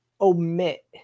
omit